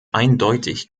eindeutig